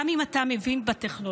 גם אם אתה מבין בטכנולוגיה,